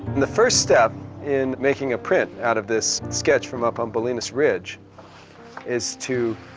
the first step in making a print out of this sketch from up on bolinas ridge is to